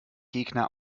gegner